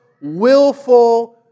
willful